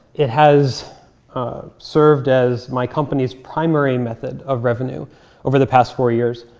it has served as my company's primary method of revenue over the past four years.